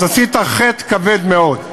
אז עשית חטא כבד מאוד.